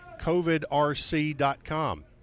covidrc.com